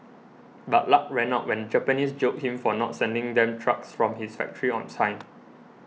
but luck ran out when Japanese jailed him for not sending them trucks from his factory on time